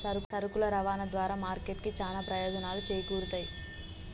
సరుకుల రవాణా ద్వారా మార్కెట్ కి చానా ప్రయోజనాలు చేకూరుతయ్